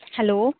hello